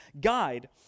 guide